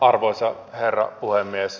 arvoisa herra puhemies